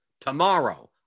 tomorrow